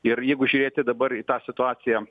ir jeigu žiūrėti dabar į tą situaciją